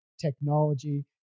technology